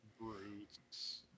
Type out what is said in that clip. Brutes